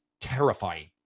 terrifying